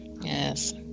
Yes